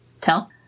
tell